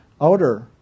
outer